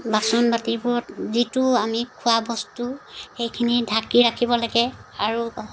বাচন বাটিবোৰত যিটো আমি খোৱা বস্তু সেইখিনি ঢাকি ৰাখিব লাগে আৰু